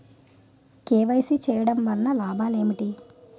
KYC చేయటం వలన లాభాలు ఏమిటి?